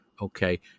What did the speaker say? okay